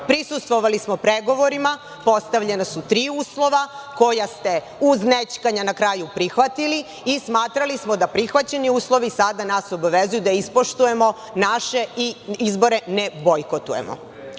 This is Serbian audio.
Prisustvovali smo pregovorima, postavljena su tri uslova koja ste uz nećkanja na kraju prihvatili i smatrali smo da prihvaćeni uslovi sada nas obavezuju da ispoštujemo naše i ne bojkotujemo